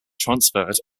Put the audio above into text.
transferred